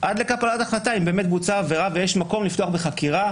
עד לקבלת החלטה אם באמת בוצעה עבירה ויש מקום לפתוח בחקירה.